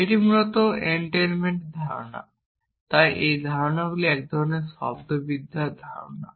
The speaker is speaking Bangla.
এটি মূলত এনটেইলমেন্টের ধারণা তাই এই ধারণাগুলি একধরনের শব্দার্থবিদ্যা ধারণা